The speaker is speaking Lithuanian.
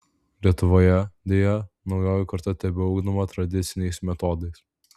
lietuvoje deja naujoji karta tebeugdoma tradiciniais metodais